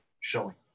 showing